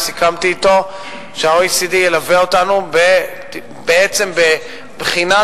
וסיכמתי אתו שה-OECD ילווה אותנו בעצם בבחינת